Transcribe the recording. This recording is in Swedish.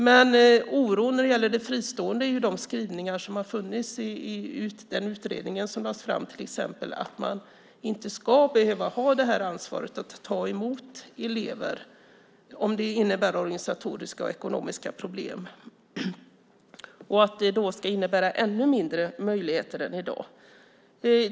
Oron finns när det gäller de fristående utbildningarna. I skrivningar som har funnits i den utredning som lades fram sägs till exempel att de inte ska behöva ha ansvaret att ta emot elever om det innebär organisatoriska och ekonomiska problem. Det skulle innebära ännu mindre möjligheter än i dag.